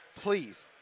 please